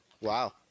Wow